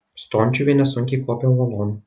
stončiuvienė sunkiai kopė uolon